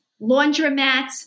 laundromats